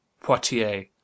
Poitiers